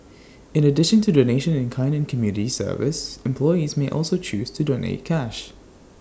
in addition to donation in kind and community service employees may also choose to donate cash